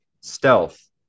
Stealth